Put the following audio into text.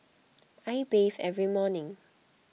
I bathe every morning